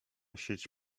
sieć